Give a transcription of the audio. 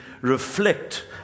reflect